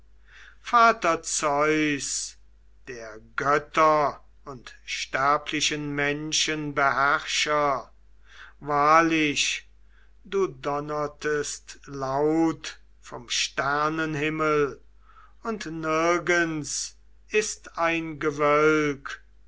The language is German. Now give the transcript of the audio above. vater zeus der götter und sterblichen menschen beherrscher wahrlich du donnertest laut vom sternenhimmel und nirgends ist ein gewölk